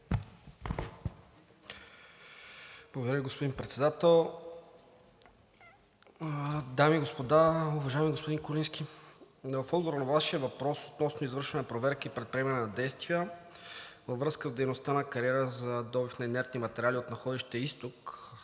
Благодаря, господин Председател. Дами и господа! Уважаеми господин Куленски, в отговор на Вашия въпрос относно извършване проверки и предприемане на действия във връзка с дейността на кариера за добив на инертни материали, находище „Изток“